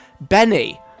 Benny